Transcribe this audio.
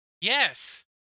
Yes